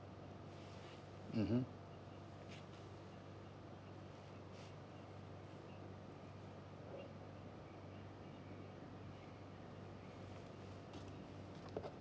mmhmm